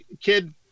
kid